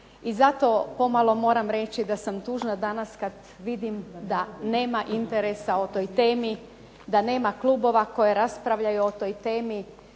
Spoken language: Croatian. i zato pomalo moram reći da sam tužna danas kad vidim da nema interesa o toj temi. Da nema klubova koji raspravljaju o toj temi,